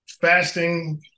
fasting